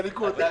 בליכוד.